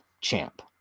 champ